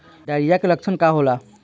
Diarrhoea के लक्षण का होला?